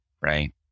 right